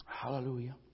Hallelujah